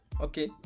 Okay